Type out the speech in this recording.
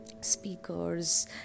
speakers